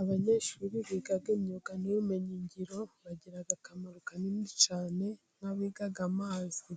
Abanyeshuri bi biga imyuga y'ubumenyingiro bagira akamaro kanini cyane; nk'abiga amazi